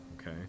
okay